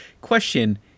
question